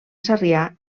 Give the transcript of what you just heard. sarrià